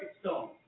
stone